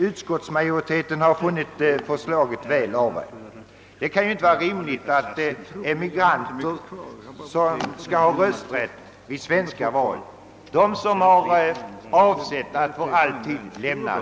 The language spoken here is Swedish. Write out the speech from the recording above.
Utskottsmajoriteten har funnit förslaget väl avvägt. Det kan inte vara rimligt att sådana emigranter som avsett att för alltid lämna landet skall ha rösträtt vid svenska val för all framtid.